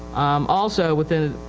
um, also within,